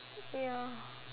ya